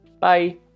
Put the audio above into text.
Bye